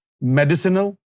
medicinal